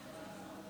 מבוגר מדבר.